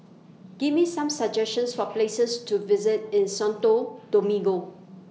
Give Me Some suggestions For Places to visit in Santo Domingo